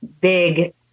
big